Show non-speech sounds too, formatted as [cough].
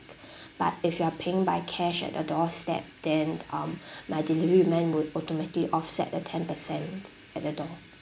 [breath] but if you are paying by cash at your doorstep then um [breath] my delivery man would automatically offset the ten percent at the door